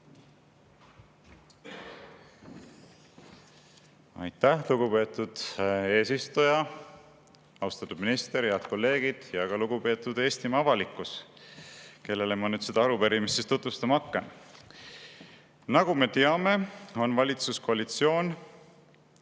Aitäh, lugupeetud eesistuja! Austatud minister! Head kolleegid! Ja lugupeetud Eestimaa avalikkus, kellele ma seda arupärimist tutvustama hakkan! "Nagu me teame, on valitsuskoalitsioon